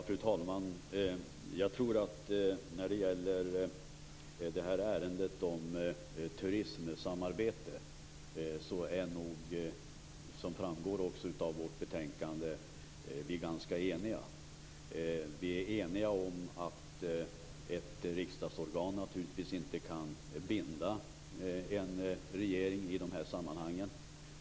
Fru talman! När det gäller ärendet om turismsamarbete är vi - som också framgår av vårt betänkande - ganska eniga. Vi är eniga om att ett riksdagsorgan naturligtvis inte kan binda en regering i dessa sammanhang.